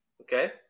Okay